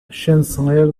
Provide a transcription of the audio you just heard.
chanceler